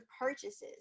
purchases